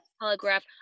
Holograph